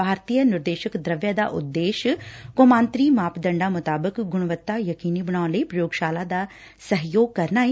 ਭਾਰਤੀਯ ਨਿਰਦੇਸ਼ਕ ਦੂਵੈਅ ਦਾ ਉਦੇਸ਼ ਕੌਮਾਂਤਰੀ ਮਾਪਦੰਡਾਂ ਮੁਤਾਬਿਕ ਗੁਣੱਵਤਾ ਯਕੀਨੀ ਬਣਾਉਣ ਲਈ ਪੁਯੋਗਸ਼ਾਲਾਵਾਂ ਦਾ ਸਹਿਯੋਗ ਕਰਨਾ ਏ